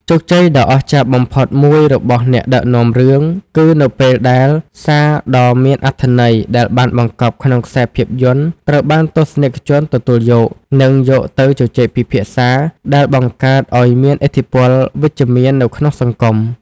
ជោគជ័យដ៏អស្ចារ្យបំផុតរបស់អ្នកដឹកនាំរឿង គឺនៅពេលដែលសារដ៏មានអត្ថន័យដែលបានបង្កប់ក្នុងខ្សែភាពយន្តត្រូវបានទស្សនិកជនទទួលយក និងយកទៅជជែកពិភាក្សា ដែលបង្កើតឱ្យមានឥទ្ធិពលវិជ្ជមាននៅក្នុងសង្គម។